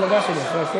אורבך.